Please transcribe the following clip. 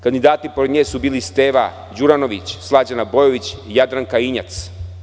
Kandidati pored nje su bili: Steva Đuranović, Slađana Bojović, Jadranka Injac.